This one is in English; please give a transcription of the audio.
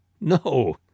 No